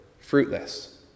fruitless